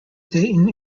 dayton